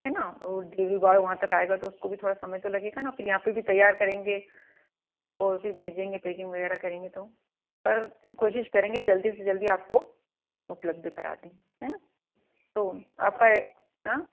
है ना वह डिलीवरी बॉय वहाँ तक आएगा तो उसको भी थोड़ा समय तो लगेगा ना फिर यहाँ पर भी तैयार करेंगे और उसे भेजेंगे पैकिंग वग़ैरह करेंगे तो पर कोशिश करेंगे जल्दी से जल्दी आपको उपलब्ध करा दें है ना तो आपका यह हाँ